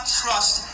trust